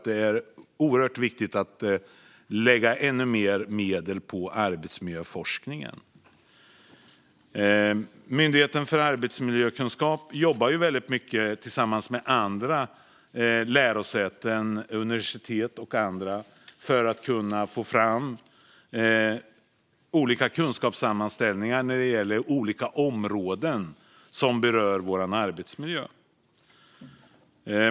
Det är oerhört viktigt att lägga ännu mer medel på arbetsmiljöforskningen. Myndigheten för arbetsmiljökunskap jobbar väldigt mycket tillsammans med andra - lärosäten, universitet och andra - för att kunna få fram olika kunskapssammanställningar om olika områden som rör vår arbetsmiljö.